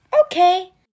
Okay